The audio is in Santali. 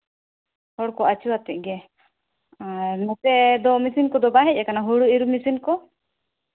ᱦᱚᱲ ᱠᱚ ᱟᱹᱪᱩ ᱟᱛᱮᱫ ᱜᱮ ᱟᱨ ᱱᱚᱛᱮ ᱫᱚ ᱢᱮ ᱥᱤᱱ ᱠᱚᱫᱚ ᱵᱟᱭ ᱦᱮᱡ ᱠᱟᱱᱟ ᱦᱩᱲᱩ ᱤᱨ ᱢᱮ ᱥᱤᱱ ᱠᱚ